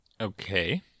Okay